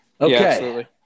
Okay